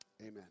Amen